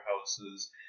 houses